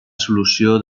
solució